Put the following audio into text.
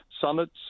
summits